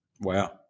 Wow